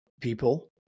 people